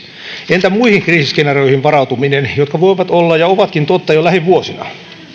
entä muihin kriisiskenaarioihin varautuminen jotka voivat olla ja ovatkin totta jo lähivuosina